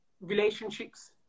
relationships